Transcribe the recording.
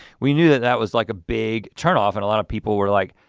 we knew that that was like a big turnoff. and a lot of people were like,